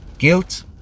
guilt